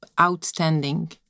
outstanding